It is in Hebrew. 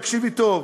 תקשיבי טוב,